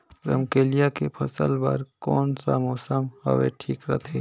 रमकेलिया के फसल बार कोन सा मौसम हवे ठीक रथे?